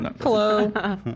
Hello